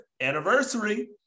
anniversary